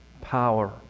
power